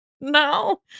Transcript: No